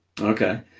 Okay